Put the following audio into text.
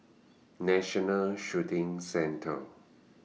National Shooting Centre